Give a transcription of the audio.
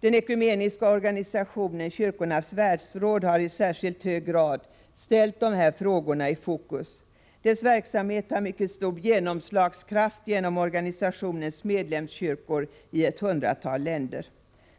Den ekumeniska organisationen Kyrkornas världsråd har i särskilt hög grad ställt de här frågorna i fokus. Dess verksamhet har mycket stor genomslagskraft genom organisationens medlemskyrkor i ett hundratal länder.